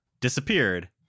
disappeared